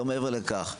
לא מעבר לכך.